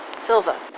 Silva